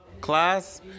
class